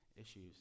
issues